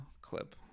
clip